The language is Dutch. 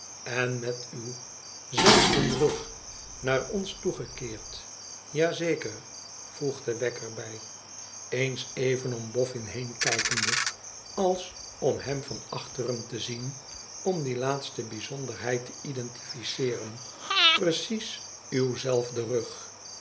en met uw zelfden rug naar ons toegekeerd ja zeker voegde wegg erbij eens even om boffin heenkijkende als om hem van achteren te zien om die laatste bijzonderheid te indentifieeren i precies uw zelfden rugl